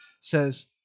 says